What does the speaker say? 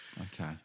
Okay